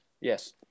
Yes